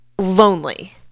lonely